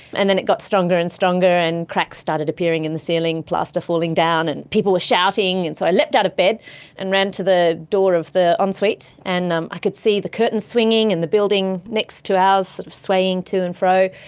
and then it got stronger and stronger and cracks started appearing in the ceiling, plaster falling down and people were shouting. and so i leapt out of bed and ran to the door of the ensuite. and um i could see the curtains swinging and the building next to ours sort of swaying to and fro.